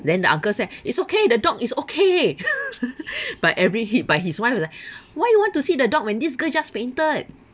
then the uncle say it's okay the dog is okay but every hit but his wife was like why you want to see the dog when this girl just fainted